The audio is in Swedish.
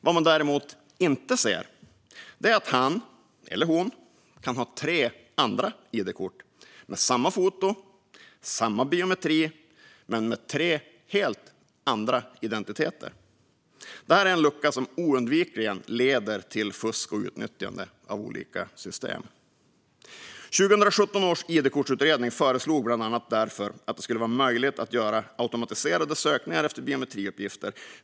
Vad man däremot inte ser är att han eller hon kan ha tre andra id-kort med samma foto och samma biometri men med tre helt andra identiteter. Det här är en lucka som oundvikligen leder till fusk och utnyttjande av olika system. 2017 års id-kortsutredning föreslog bland annat därför att det skulle vara möjligt att göra automatiserade sökningar efter biometriuppgifter.